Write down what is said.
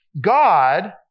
God